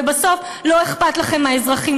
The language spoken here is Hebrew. ובסוף לא אכפת לכם מהאזרחים,